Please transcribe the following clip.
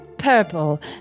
purple